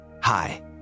Hi